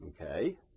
okay